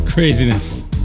Craziness